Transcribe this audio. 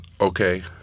okay